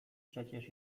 przecież